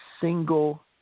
single